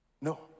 No